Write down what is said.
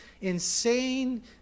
insane